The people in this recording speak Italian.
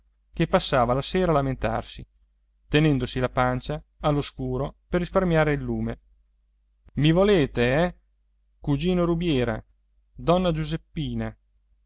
che passava la sera a lamentarsi tenendosi la pancia all'oscuro per risparmiare il lume i volete eh cugino rubiera donna giuseppina